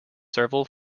several